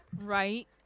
right